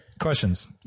Questions